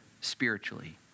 spiritually